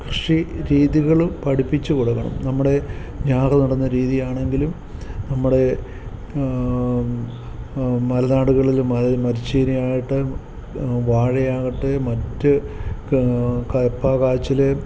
കൃഷി രീതികൾ പഠിപ്പിച്ചു കൊടുക്കണം നമ്മുടെ ഞാറ് നടുന്ന രീതിയാണെങ്കിലും നമ്മുടെ മലനാടുകളിലും അതായത് മരച്ചീനിയാകട്ടെ വാഴയാകട്ടെ മറ്റ് കപ്പ കാച്ചിൽ